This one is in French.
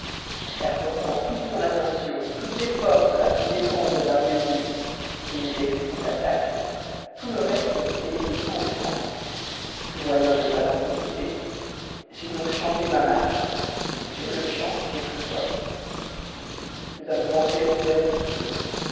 car portant toute son attention toutes ses forces à se défendre d'un baiser qui n'était qu'une fausse attaque tout le reste était laissé sans défense le moyen de n'en pas profiter j'ai donc changé ma marche sur-le-champ j'ai pris poste ici nous avons pensé être perdus tous deux